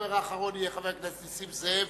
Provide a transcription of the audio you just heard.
שהדובר האחרון יהיה חבר הכנסת נסים זאב.